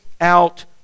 out